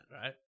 right